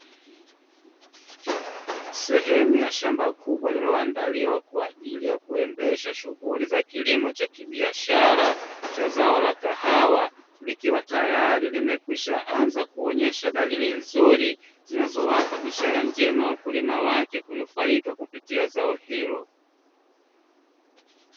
Sehemu ya shamba kubwa lililoandaliwa kwa ajili ya kuendesha shughuli za kilimo cha kibiashara za zao la kahawa, likiwa tayari limekwishaanza kuonyesha dalili nzuri, zinazowapa ishara njema wakulima wake kunufaika kupitia zao hilo.